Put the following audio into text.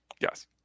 yes